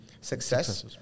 success